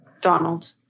Donald